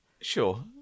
Sure